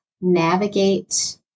navigate